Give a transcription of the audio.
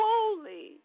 Holy